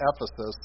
Ephesus